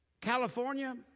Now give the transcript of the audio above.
California